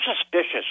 suspicious